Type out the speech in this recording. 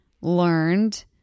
learned